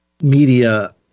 media